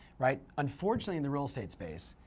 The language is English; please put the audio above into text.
right. unfortunately in the real estate space,